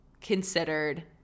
considered